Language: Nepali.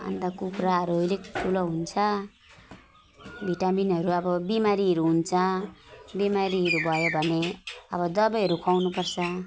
अन्त कुखुराहरू अलिक ठुलो हुन्छ भिटामिनहरू अब बिमारीहरू हुन्छ बिमारीहरू भयो भने अब दबाईहरू खुवाउनु पर्छ